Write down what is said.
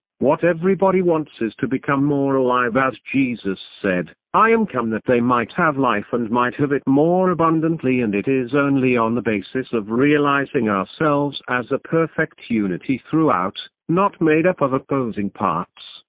what everybody wants is to become more alive as jesus said, i am come that they might have life and might have it more abundantly and it is only on the basis of realising ourselves as a perfect unity throughout, not made up of opposing parts,